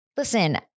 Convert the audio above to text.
Listen